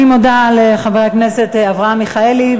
אני מודה לחבר הכנסת אברהם מיכאלי,